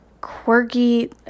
quirky